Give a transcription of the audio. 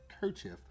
kerchief